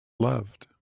loved